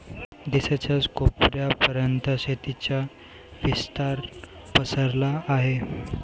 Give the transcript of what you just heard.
देशाच्या कोपऱ्या पर्यंत शेतीचा विस्तार पसरला आहे